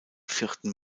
vierten